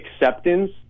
acceptance